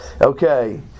Okay